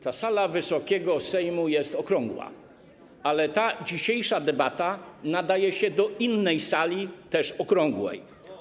Ta sala Wysokiego Sejmu jest okrągła, ale dzisiejsza debata nadaje się do innej sali, też okrągłej.